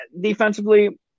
defensively